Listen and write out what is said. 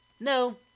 no